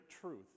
truth